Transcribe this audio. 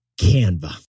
Canva